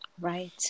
Right